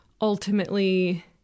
ultimately